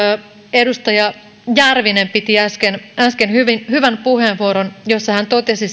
edustaja järvinen piti äsken äsken hyvän puheenvuoron jossa hän totesi